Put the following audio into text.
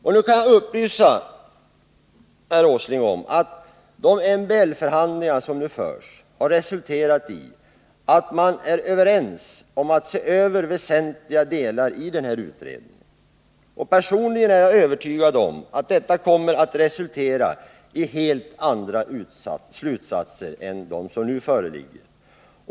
Jag kan upplysa herr Åsling om att de MBL-förhandlingar som förs har resulterat i att man är överens om att se över väsentliga delar i den här utredningen. Personligen är jag övertygad om att detta kommer att leda till : AS Om verksamheten helt andra slutsatser än de som nu föreligger.